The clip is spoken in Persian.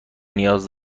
نیاز